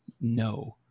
no